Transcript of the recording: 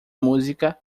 música